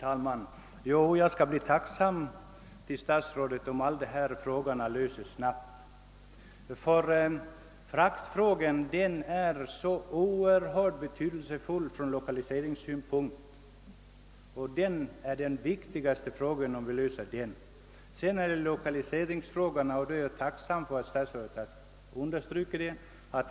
Herr talman! Jag skall bli tacksam mot statsrådet om alla dessa frågor löses snabbt. Fraktfrågan, som är av oerhörd betydelse ur lokaliseringssynpunkt, är viktigast. Sedan kommer 1okaliseringsfrågan, och jag är tacksam för att statsrådet understryker detta.